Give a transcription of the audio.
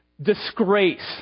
disgrace